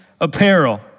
apparel